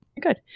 Good